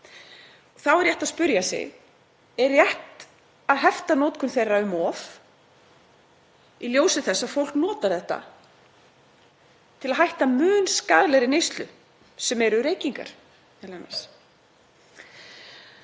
Þá er rétt að spyrja sig: Er rétt að hefta notkun þeirra um of í ljósi þess að fólk notar þetta til að hætta mun skaðlegri neyslu sem eru reykingar,